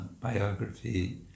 biography